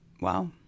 Wow